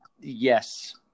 yes